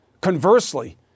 Conversely